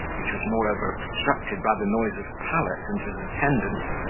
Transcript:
which was moreover obstructed by the noise of pallet and his attendants,